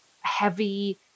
heavy